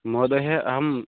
महोदय अहं